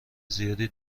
زیادی